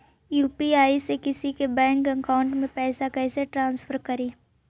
UPI से किसी के बैंक अकाउंट में पैसा कैसे ट्रांसफर करी?